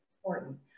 important